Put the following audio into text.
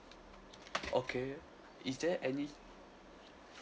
okay is there any